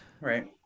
right